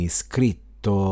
scritto